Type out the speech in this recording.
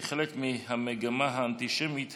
כחלק מהמגמה האנטישמית הגואה,